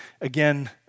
again